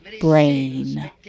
brain